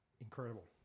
incredible